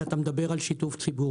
שאתה מדבר על שיתוף ציבור